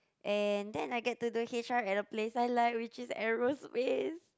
and then I get to do H_R at a place I like which is aerospace